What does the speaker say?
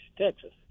Texas